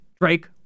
Drake